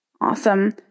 awesome